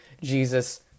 Jesus